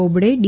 Bobde D